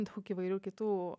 daug įvairių kitų